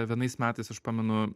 vienais metais aš pamenu